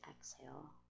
exhale